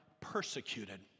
persecuted